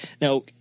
now